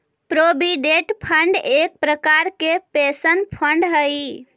provident fund एक प्रकार के पेंशन फंड हई